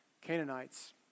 Canaanites